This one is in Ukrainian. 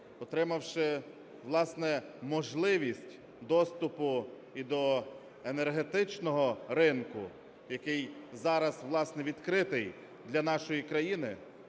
отримавши, власне, можливість доступу і до енергетичного ринку, який зараз, власне, відкритий для нашої країни,